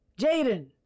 Jaden